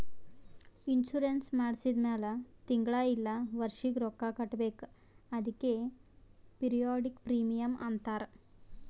insurance ಮಾಡ್ಸಿದ ಮ್ಯಾಲ್ ತಿಂಗಳಾ ಇಲ್ಲ ವರ್ಷಿಗ ರೊಕ್ಕಾ ಕಟ್ಬೇಕ್ ಅದ್ಕೆ ಪಿರಿಯಾಡಿಕ್ ಪ್ರೀಮಿಯಂ ಅಂತಾರ್